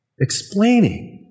explaining